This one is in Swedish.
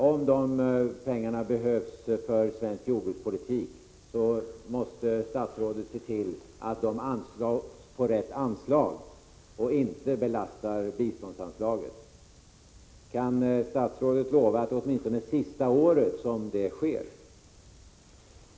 Om dessa pengar behövs för svensk jordbrukspolitik, så måste statsrådet se till att de beviljas under rätt anslag och inte belastar biståndsanslaget. Kan statsrådet lova att det nu åtminstone är sista året som så sker?